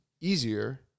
easier